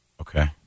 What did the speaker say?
Okay